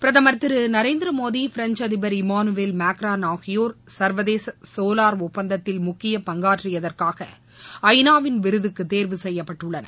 பிரதமர் திரு நரேந்திரமோடி பிரஞ்ச் அதிபர் Emmanuel Macron ஆகியோர் சர்வதேச சோலார் ஒப்பந்தத்தில் முக்கிய பங்காற்றியதற்காக ஐநாவின் விருதுக்கு தேர்வு செய்யப்பட்டுள்ளனர்